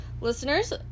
Listeners